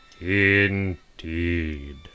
Indeed